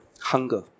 hunger